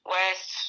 West